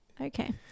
Okay